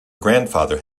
grandfather